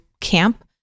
camp